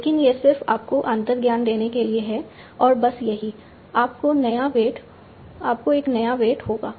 लेकिन यह सिर्फ आपको अंतर्ज्ञान देने के लिए है और बस यही आपको एक नया वेट होगा